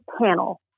panel